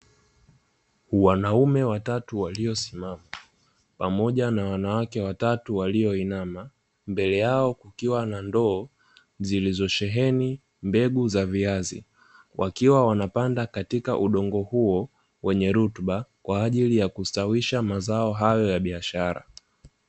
Wanaume watatu waliosimama pamoja na wanawake watatu walioinama mbele yao, kukiwa na ndoo zilizosheheni mbegu za viazi, wakiwa wanapanda katika udongo huo wenye rutuba kwa ajili ya kustawisha mazao ya biashara.